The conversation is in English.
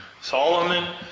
Solomon